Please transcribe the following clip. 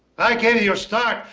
i gave you your start.